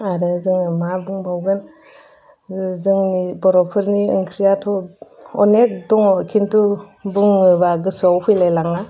आरो जों मा बुंबावगोन जोंनि बर'फोरनि ओंख्रियाथ' अनेक दङ खिन्तु बुङोबा गोसोआव फैलायलाङा